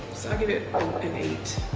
so i give it an eight.